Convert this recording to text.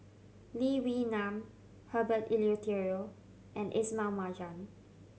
Lee Wee Nam Herbert Eleuterio and Ismail Marjan